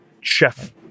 chef